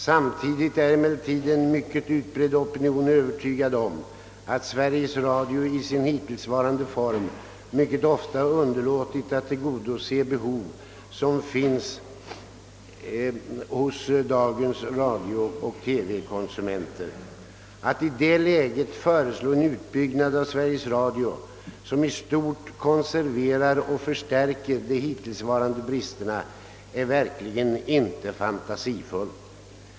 — Samtidigt är emellertid en mycket utbredd opinion övertygad om att Sveriges Radio i sin hittillsvarande form mycket ofta underlåtit att tillgodose behov som finns hos dagens radiooch TV-konsumenter. Att i det läget föreslå en utbyggnad av Sveriges Radio som i stort konserverar och förstärker de hittillsvarande bristerna är verkligen inte fantasifullt.